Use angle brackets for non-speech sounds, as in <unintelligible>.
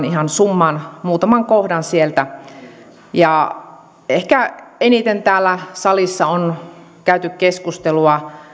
<unintelligible> ihan summaan muutaman kohdan sieltä ehkä eniten täällä salissa on käyty keskustelua